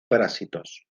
parásitos